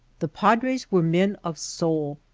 the padres were men of soul,